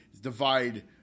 divide